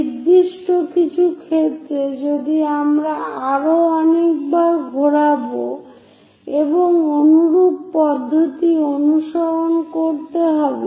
নির্দিষ্ট কিছু ক্ষেত্রে যদি আমরা আরও অনেক বার ঘোরাবো এবং অনুরূপ পদ্ধতি অনুসরণ করতে হবে